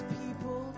people